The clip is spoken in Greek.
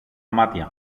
μάτια